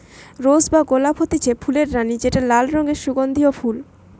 rose বা গোলাপ হতিছে ফুলের রানী যেটা লাল রঙের সুগন্ধিও ফুল